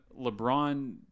LeBron